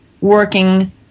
working